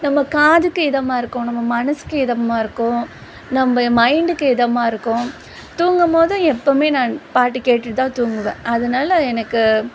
நம்ம காதுக்கு இதமாக இருக்கும் நம்ம மனசுக்கு இதமாக இருக்கும் நம்ம மைண்டுக்கு இதமாக இருக்கும் தூங்கும்போதும் எப்போவுமே நான் பாட்டு கேட்டுட்டுதான் தூங்குவேன் அதனால எனக்கு